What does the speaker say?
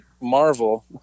marvel